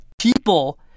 people